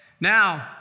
Now